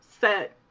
set